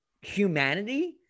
humanity